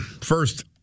first